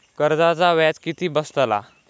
कर्जाचा व्याज किती बसतला?